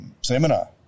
Seminar